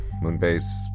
Moonbase